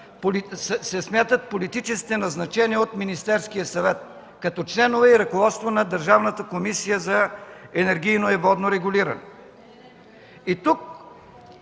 се смятат политическите назначения от Министерския съвет, като членове и ръководство на Държавната комисия за енергийно водно регулиране.